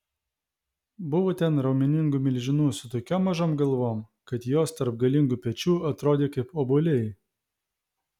buvo ten raumeningų milžinų su tokiom mažom galvom kad jos tarp galingų pečių atrodė kaip obuoliai